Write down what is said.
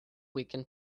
weekend